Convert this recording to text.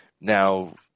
Now